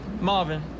Marvin